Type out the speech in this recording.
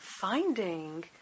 finding